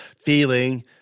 feeling